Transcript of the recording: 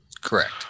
Correct